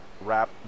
wrap